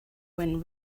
when